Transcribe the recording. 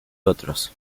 otros